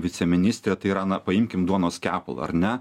viceministrė tai yra na paimkim duonos kepalą ar n